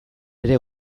ere